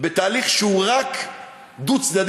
בתהליך שהוא רק דו-צדדי,